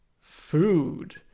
food